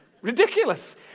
Ridiculous